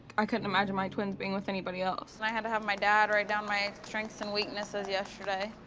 i couldn't imagine my twins being with anybody else. and i had to have my dad write down my strengths and weaknesses yesterday.